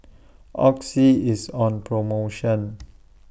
Oxy IS on promotion